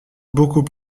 beaucoup